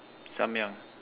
samyang